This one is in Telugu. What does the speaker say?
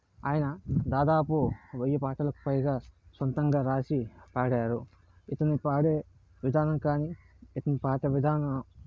ఆయన దాదాపు వెయ్యి పాటలకు పైగా సొంతంగా రాసి పాడారు ఇతను పాడే విధానం కానీ ఇతను పాట విధానం